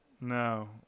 No